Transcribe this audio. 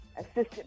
assistant